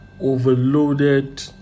overloaded